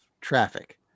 traffic